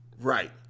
Right